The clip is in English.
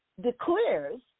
declares